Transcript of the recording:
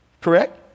Correct